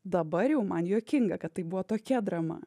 dabar jau man juokinga kad tai buvo tokia drama